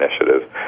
Initiative